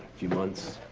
few months.